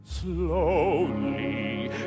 Slowly